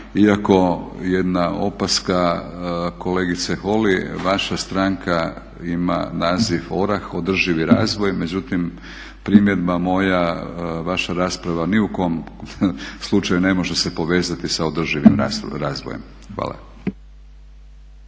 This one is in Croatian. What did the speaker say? iako jedna opaska kolegice Holy. Vaša stranka ima naziv ORaH Održivi razvoj, međutim primjedba moja, vaša rasprava ni u kom slučaju ne može se povezati sa održivim razvojem. Hvala.